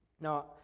Now